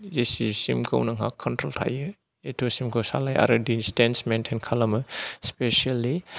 जेसेसिमखौ नोंहा कन्ट्रल थायो एथ'सिमखौ सालाय आरो दिसटेन्स मेन्टेन खालामो स्पेसियेलि